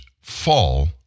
fall